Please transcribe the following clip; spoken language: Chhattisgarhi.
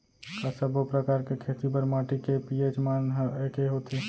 का सब्बो प्रकार के खेती बर माटी के पी.एच मान ह एकै होथे?